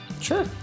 Sure